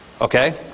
okay